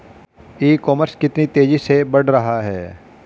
ई commerce कितनी तेजी से बढ़ रहा है?